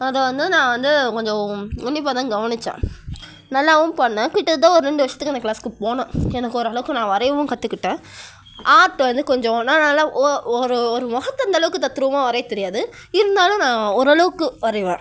அதை வந்து நான் வந்து கொஞ்சம் உன்னிப்பாக தான் கவனித்தேன் நல்லாவும் பண்ணிணேன் கிட்டத்தட்ட ஒரு ரெண்டு வருஷத்துக்கு இந்த க்ளாஸ்க்கு போனோம் எனக்கு ஒரு அளவுக்கு நான் வரையவும் கற்றுக்கிட்டேன் ஆர்ட் வந்து கொஞ்சம் நா நல்லா ஓ ஒரு ஒரு முகத்த அந்த அளவுக்கு தத்ரூபமாக வரைய தெரியாது இருந்தாலும் நான் ஒரு அளவுக்கு வரைவேன்